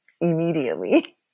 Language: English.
immediately